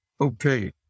okay